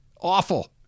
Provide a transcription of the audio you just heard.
Awful